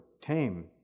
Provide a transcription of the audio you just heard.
tame